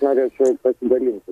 norėčiau pasidalinti